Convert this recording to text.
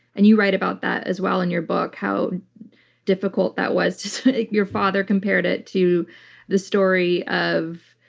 and you write about that as well in your book, how difficult that was. your father compared it to the story of.